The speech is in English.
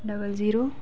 double zero